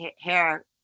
hair